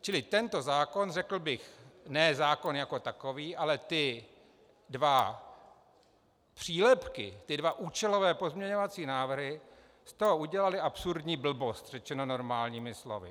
Čili tento zákon, řekl bych, ne zákon jako takový, ale ty dva přílepky, ty dva účelové pozměňovací návrhy, z toho udělaly absurdní blbost, řečeno normálními slovy.